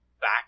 back